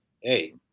hey